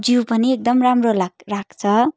जिउ पनि एकदम राम्रो लाग् राख्छ